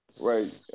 Right